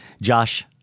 Josh